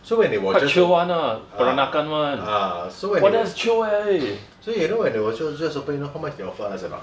so when they were just ah ah so when so you know when they were just opening you know how much they offer us or not